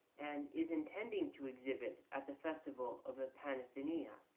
and is intending to exhibit at the festival of the panathenaea.